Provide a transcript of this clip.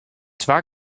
twa